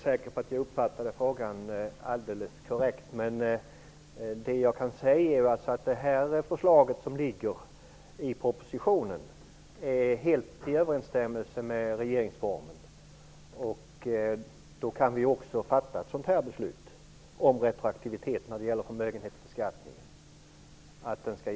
Herr talman! Jag är inte säker på att jag uppfattade frågan korrekt. Det jag kan säga är att förslaget i propositionen är helt i överensstämmelse med regeringsformen. Därmed kan vi också fatta ett sådant här beslut om retroaktivitet när det gäller förmögenhetsbeskattningen.